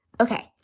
okay